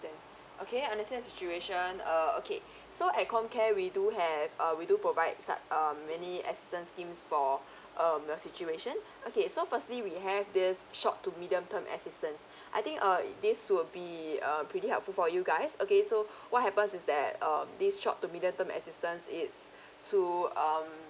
okay understand your situation uh okay so at comcare we do have uh we do provide some um many assistance schemes for um your situation okay so firstly we have this short to medium term assistance I think uh this would be uh pretty helpful for you guys okay so what happens is that um this short to medium term assistance it's to um